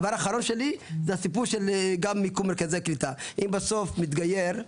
דבר אחרון שלי זה הסיפור של גם מיקום מרכזי קליטה אם בסוף מתגייר,